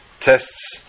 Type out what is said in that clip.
tests